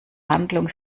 handlung